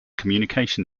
communication